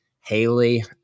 Haley